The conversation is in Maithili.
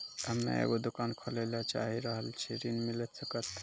हम्मे एगो दुकान खोले ला चाही रहल छी ऋण मिल सकत?